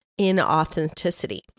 inauthenticity